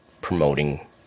promoting